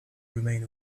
remain